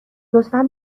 لطفا